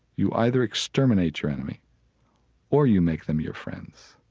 you either exterminate your enemy or you make them your friends.